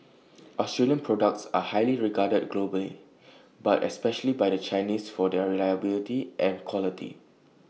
Australian products are highly regarded globally but especially by the Chinese for their reliability and quality